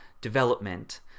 development